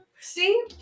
See